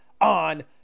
on